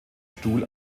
stuhl